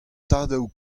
tadoù